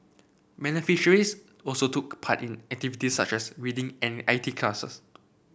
beneficiaries also took part in activities such as reading and I T classes